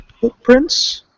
footprints